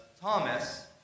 Thomas